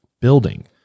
building